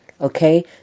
okay